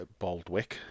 Baldwick